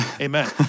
Amen